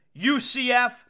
UCF